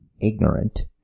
ignorant